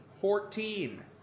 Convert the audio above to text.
fourteen